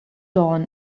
dawn